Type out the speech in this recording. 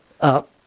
up